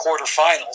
quarterfinals